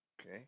Okay